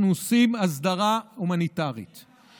אנחנו עושים הסדרה הומניטרית.